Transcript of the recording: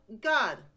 god